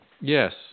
Yes